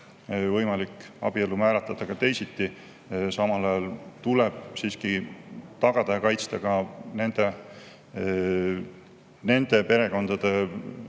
võimalik abielu määratleda ka teisiti. Samal ajal tuleb siiski tagada ja kaitsta ka nende perekondade või